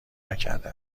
نکرده